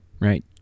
right